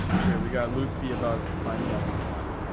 sure. we got luffie about finding out his why